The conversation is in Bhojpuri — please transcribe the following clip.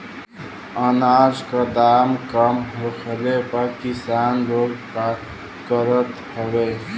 अनाज क दाम कम होखले पर किसान लोग का करत हवे?